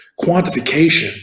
quantification